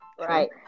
Right